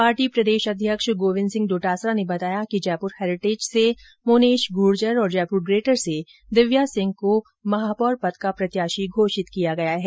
party प्रदेश अध्यक्ष गोविन्द सिंह डोटासरा ने बताया कि जयपुर हैरिटेज से मुनेश गुर्जर और जयपुर ग्रेटर से दिव्या सिंह को महापौर पद का प्रत्याशी घोषित किया है